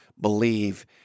believe